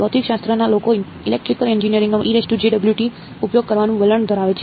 ભૌતિકશાસ્ત્રના લોકો ઇલેક્ટ્રિકલ એન્જિનિયર્સનો ઉપયોગ કરવાનું વલણ ધરાવે છે